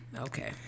Okay